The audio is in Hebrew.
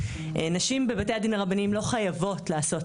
נשים בבתי הדין הרבניים לא חייבות לעשות